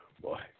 boy